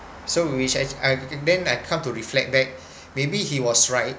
so which I then I come to reflect back maybe he was right